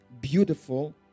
beautiful